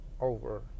over